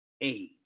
age